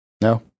No